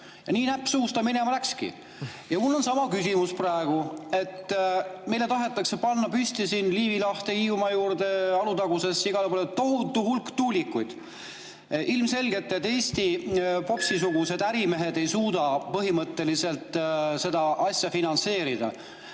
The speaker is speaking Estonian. Aga nii, näpp suus, ta minema läkski. Ja mul on sama küsimus praegu. Meile tahetakse panna püsti siin Liivi lahte, Hiiumaa juurde, Alutagusele ja igale poole tohutu hulk tuulikuid. Ilmselgelt Eesti popsisugused ärimehed ei suuda põhimõtteliselt seda asja finantseerida.